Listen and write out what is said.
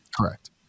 Correct